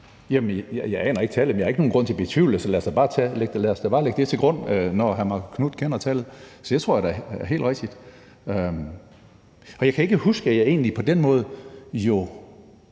Jeg aner ikke, hvad tallet er, men jeg har ikke nogen grund til at betvivle det, så lad os da bare lægge det tal til grund, når hr. Marcus Knuth nu kender det; det tror jeg da er helt rigtigt. Jeg kan ikke huske, at jeg egentlig på den måde